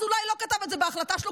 ינון אזולאי לא כתב את זה בהחלטה שלו,